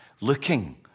looking